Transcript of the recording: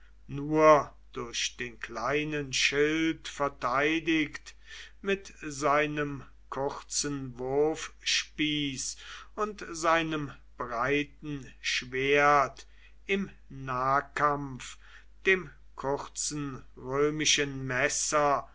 nur durch den kleinen schild verteidigt mit seinem kurzen wurfspieß und seinem breiten schwert im nahkampf dem kurzen römischen messer